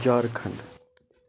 Jharkhand